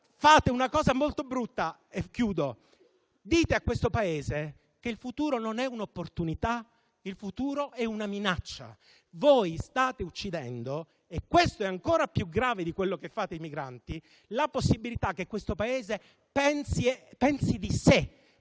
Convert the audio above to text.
fate una cosa molto brutta: dite a questo Paese che il futuro non è un'opportunità, ma una minaccia. Voi state uccidendo - e questo è ancora più grave di quello che fate ai migranti - la possibilità che questo Paese pensi per se